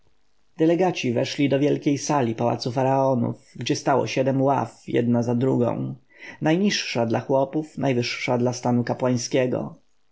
delegaci weszli do wielkiej sali pałacu faraonów gdzie stało siedem ław jedna za drugą najniższa dla chłopów najwyższa dla stanu kapłańskiego